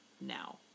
now